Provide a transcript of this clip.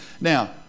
Now